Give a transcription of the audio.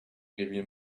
revier